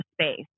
space